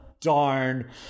darn